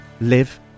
live